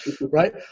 right